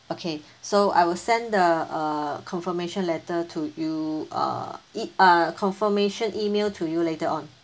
okay so I will send the uh confirmation letter to you uh e~ uh confirmation email to you later on